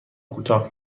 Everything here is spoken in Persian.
کوتاه